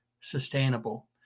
sustainable